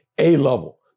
A-level